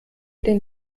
den